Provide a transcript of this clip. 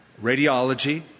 radiology